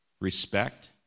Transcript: respect